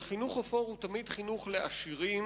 אבל חינוך אפור הוא תמיד חינוך לעשירים,